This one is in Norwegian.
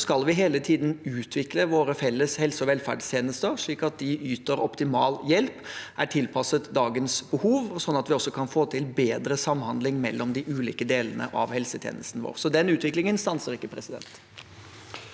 skal vi hele tiden utvikle våre felles helse- og velferdstjenester slik at de yter optimal hjelp og er tilpasset dagens behov, slik at vi også kan få til bedre samhandling mellom de ulike delene av helsetjenesten vår. Den utviklingen stanser ikke.